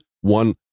one